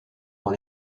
dans